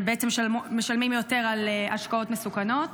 כשבעצם משלמים יותר על השקעות מסוכנות?